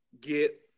get